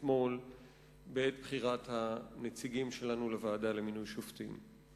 אתמול בעת בחירת הנציגים שלנו לוועדה למינוי שופטים.